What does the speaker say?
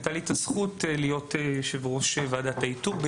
הייתה לי את הזכות להיות יושב ראש ועדת האיתור והרכב